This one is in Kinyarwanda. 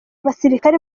basirikare